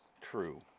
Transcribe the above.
True